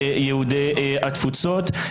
יהודי התפוצות,